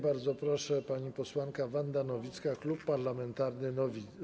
Bardzo proszę, pani posłanka Wanda Nowicka, klub parlamentarny nowi.